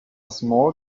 small